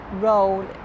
role